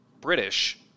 British